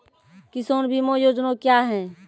किसान बीमा योजना क्या हैं?